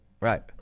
Right